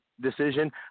decision